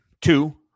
two